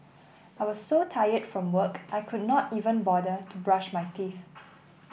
I was so tired from work I could not even bother to brush my teeth